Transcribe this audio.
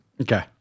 Okay